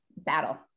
battle